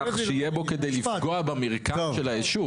שיהיה בו כדי לפגוע במרקם של היישוב.